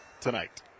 tonight